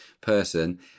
person